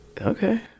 Okay